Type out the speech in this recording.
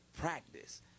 practice